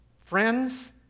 friends